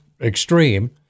extreme